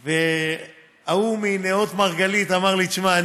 ההוא מנאות מרגלית אמר לי: תשמע,